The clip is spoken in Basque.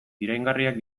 iraingarriak